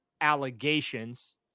allegations